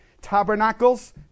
Tabernacles